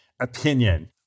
opinion